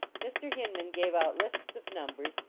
mr. hin man gave out lists of numbers,